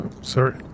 Sorry